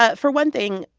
ah for one thing,